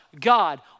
God